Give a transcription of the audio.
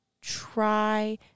try